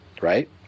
right